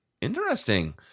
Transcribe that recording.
Interesting